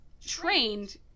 trained